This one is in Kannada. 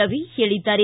ರವಿ ಹೇಳಿದ್ದಾರೆ